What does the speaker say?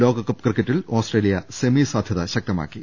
ലോകകപ്പ് ക്രിക്കറ്റിൽ Australia semi സാധ്യത ശക്ത മാക്കി